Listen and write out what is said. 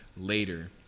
later